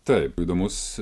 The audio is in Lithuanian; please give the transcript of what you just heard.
taip įdomus